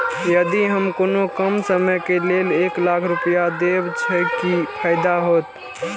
यदि हम कोनो कम समय के लेल एक लाख रुपए देब छै कि फायदा होयत?